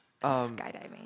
skydiving